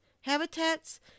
habitats